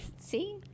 See